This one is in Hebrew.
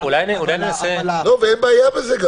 אין בעיה בזה.